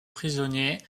prisonniers